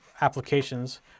applications